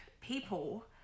people